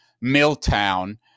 Milltown